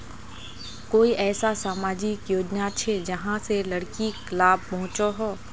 कोई ऐसा सामाजिक योजना छे जाहां से लड़किक लाभ पहुँचो हो?